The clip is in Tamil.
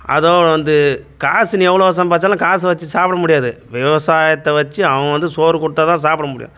அதோடு வந்து காசு நீ எவ்வளோ சம்பாதிச்சாலும் காசு வச்சு சாப்பிட முடியாது விவசாயத்தை வச்சு அவங்க வந்து சோறு கொடுத்தா தான் சாப்பிட முடியும்